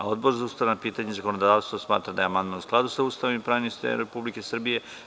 Odbor za ustavna pitanja i zakonodavstvo smatra da je amandman u skladu sa Ustavom i pravnim sistemom Republike Srbije.